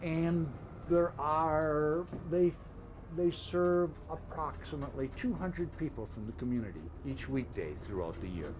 and there are they feel they serve approximately two hundred people from the community each week days throughout the year